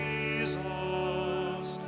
Jesus